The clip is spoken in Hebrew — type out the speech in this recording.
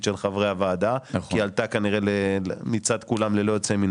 של חברי הוועדה - כי היא עלתה מצד כולם ללא יוצא מן